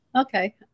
Okay